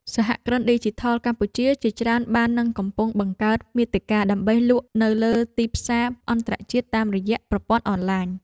សហគ្រិនឌីជីថលកម្ពុជាជាច្រើនបាននិងកំពុងបង្កើតមាតិកាដើម្បីលក់នៅលើទីផ្សារអន្តរជាតិតាមរយៈប្រព័ន្ធអនឡាញ។